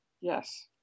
yes